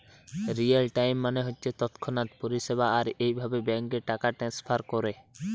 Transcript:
real time মানে হচ্ছে তৎক্ষণাৎ পরিষেবা আর এভাবে ব্যাংকে টাকা ট্রাস্নফার কোরে